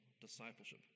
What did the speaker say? discipleship